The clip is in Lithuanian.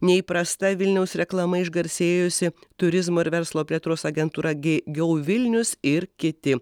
neįprasta vilniaus reklama išgarsėjusi turizmo ir verslo plėtros agentūra gie gou vilnius ir kiti